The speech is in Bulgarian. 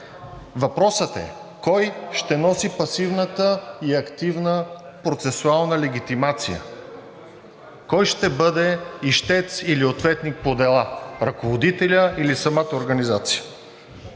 Въпросът е кой ще носи пасивната и активна процесуална легитимация? Кой ще бъде ищец или ответник по дела – ръководителят или самата организация?